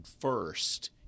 first